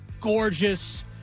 gorgeous